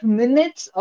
minutes